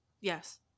Yes